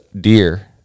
deer